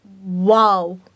Wow